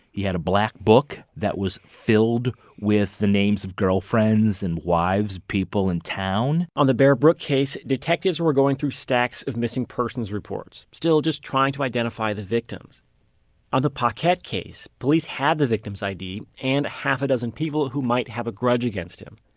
he had a black book that will filled with the names of girlfriends and wives of people in town. on the bear brook case, detectives were going through stacks of missing persons reports, still just trying to identify the victims on the paquette case, police had the victim's id and a half a dozen people who might have a grudge against him.